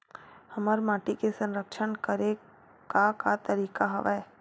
हमर माटी के संरक्षण करेके का का तरीका हवय?